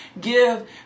give